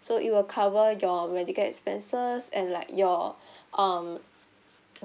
so it will cover your medical expenses and like you're um